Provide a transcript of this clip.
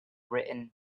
written